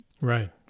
Right